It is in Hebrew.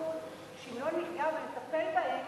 80% שאם לא ניגע ונטפל בהם,